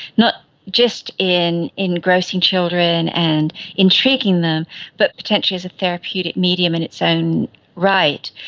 not just in engrossing children and intriguing them but potentially as a therapeutic medium in its own right.